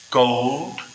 gold